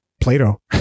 plato